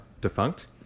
defunct